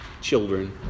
children